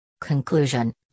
Conclusion